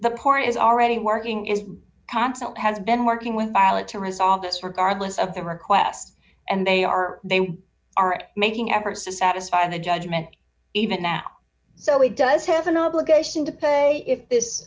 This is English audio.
the poor is already working is constant has been working with violet to resolve this regardless of the request and they are they are making efforts to satisfy the judgment even now so he does have an obligation to pay if this